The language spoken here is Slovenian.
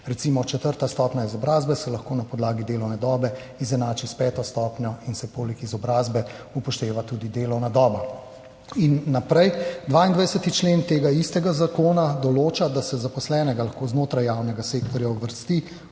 Recimo četrta stopnja izobrazbe se lahko na podlagi delovne dobe izenači s peto stopnjo in se poleg izobrazbe upošteva tudi delovna doba. In naprej. 22. člen tega istega zakona določa, da se zaposlenega lahko znotraj javnega sektorja uvrsti